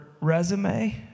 resume